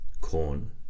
corn